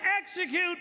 execute